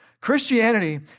Christianity